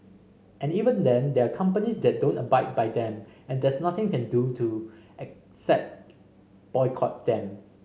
and even then there are companies that don't abide by them and there's nothing you can do to except boycott them